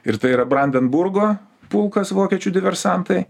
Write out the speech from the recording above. ir tai yra brandenburgo pulkas vokiečių diversantai